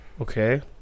Okay